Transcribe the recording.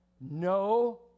No